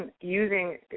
using